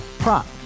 Prop